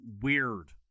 weird